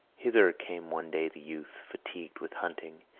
hither came one day the youth, fatigued with hunting,